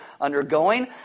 undergoing